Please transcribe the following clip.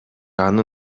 аны